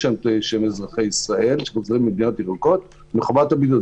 אזרחי ישראל שחזרו ממדינות ירוקות מחובת הבידוד?